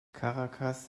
caracas